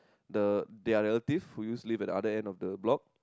the their relative who used to live at the other end of the block